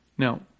Now